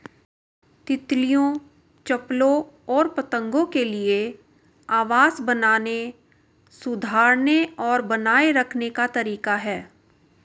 तितलियों, चप्पलों और पतंगों के लिए आवास बनाने, सुधारने और बनाए रखने का तरीका है